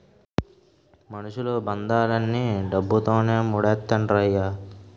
మనుషులు బంధాలన్నీ డబ్బుతోనే మూడేత్తండ్రయ్య